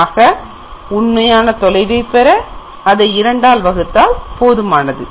ஆக உண்மையான தொலைவை பெற அதை இரண்டால் வகுத்தால் போதுமானது